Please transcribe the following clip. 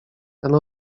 ten